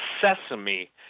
Sesame